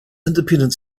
independent